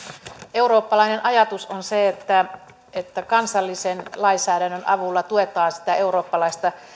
eurooppalainen ajatus on se että että kansallisen lainsäädännön avulla tuetaan eurooppalaista